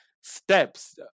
steps